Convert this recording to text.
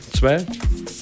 zwei